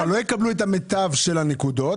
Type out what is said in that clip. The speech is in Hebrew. לא יקבלו את המיטב של הנקודות.